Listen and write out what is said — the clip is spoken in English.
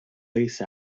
lace